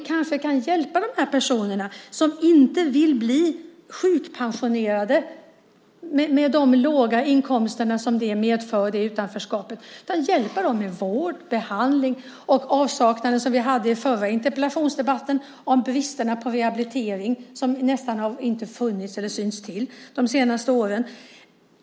Kanske kan vi hjälpa de personer som inte vill bli sjukpensionerade med de låga inkomster som det medför i utanförskapet. I stället handlar det om att hjälpa dem med vård och behandling. I förra interpellationsdebatten hade vi uppe frågan om bristerna avseende rehabilitering. En sådan har ju nästan inte funnits eller synts till under de senaste åren.